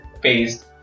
paste